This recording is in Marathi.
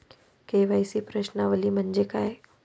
के.वाय.सी प्रश्नावली म्हणजे काय?